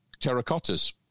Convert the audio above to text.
terracottas